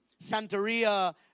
Santeria